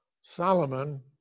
Solomon